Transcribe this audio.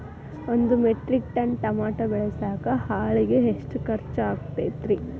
ಒಂದು metric ton tomato ಬೆಳಸಾಕ್ ಆಳಿಗೆ ಎಷ್ಟು ಖರ್ಚ್ ಆಕ್ಕೇತ್ರಿ?